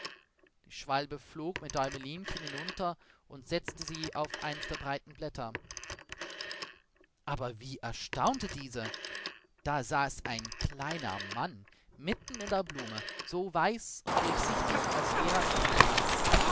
die schwalbe flog mit däumelinchen hinunter und setzte sie auf eins der breiten blätter aber wie erstaunte diese da saß ein kleiner mann mitten in der blume so weiß und durchsichtig als wäre er von glas